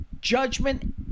judgment